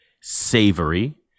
savory